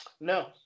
No